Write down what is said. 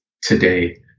today